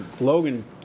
Logan